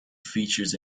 features